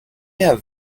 have